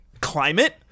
climate